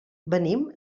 venim